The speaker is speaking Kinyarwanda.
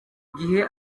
gihe